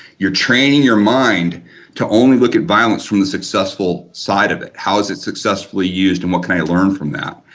you're training your mind to only look at violence from the successful side of it, how is it successfully used and what can i learn from it,